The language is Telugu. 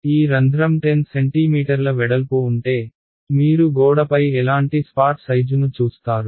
ఈ రంధ్రం 10 సెంటీమీటర్ల వెడల్పు ఉంటే మీరు గోడపై ఎలాంటి స్పాట్ సైజును చూస్తారు